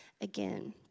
again